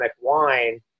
wine